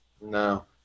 No